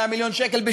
88 מיליון שקל,